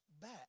back